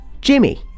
Jimmy